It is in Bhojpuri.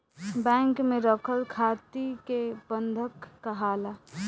बैंक में रखल थाती के बंधक काहाला